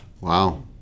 wow